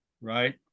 right